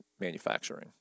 manufacturing